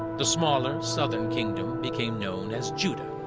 the smaller southern kingdom became known as judah,